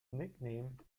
nicknamed